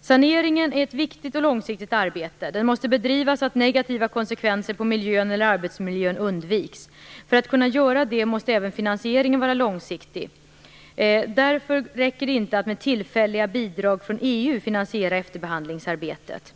Saneringen är ett viktigt och långsiktigt arbete. Det arbetet måste bedrivas så att negativa konsekvenser för miljön eller arbetsmiljön undviks. För att kunna göra det måste även finansieringen vara långsiktig. Därför räcker det inte att med tillfälliga bidrag från EU finansiera efterbehandlingsarbetet.